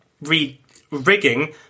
re-rigging